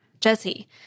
Jesse